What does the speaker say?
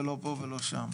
לא פה ולא שם.